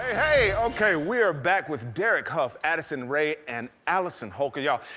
hey. ok, we're back with derek hough, addison rae, and allison holker. yeah.